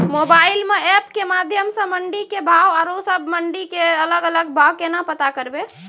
Mobile म app के माध्यम सऽ मंडी के भाव औरो सब मंडी के अलग अलग भाव केना पता करबै?